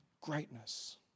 Greatness